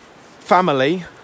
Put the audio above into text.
family